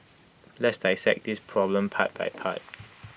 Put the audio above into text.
let's dissect this problem part by part